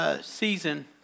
Season